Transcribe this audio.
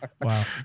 wow